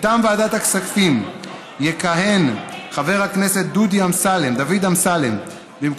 מטעם ועדת הכספים יכהן חבר הכנסת דוד אמסלם במקומי,